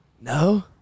No